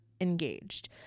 engaged